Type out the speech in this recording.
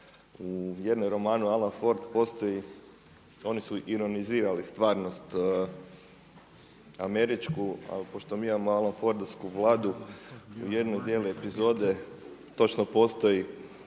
u jednom romanu Alan Ford, postoji, oni su ionizirali stvarnost američku, ali pošto mi imamo Alan Fordovsku Vladu u jednom dijelu epizode, točno postoji